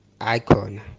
icon